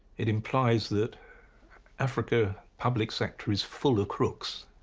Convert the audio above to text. it implies that africa public sector is full of crooks,